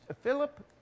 Philip